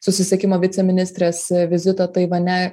susisiekimo viceministrės vizito taivane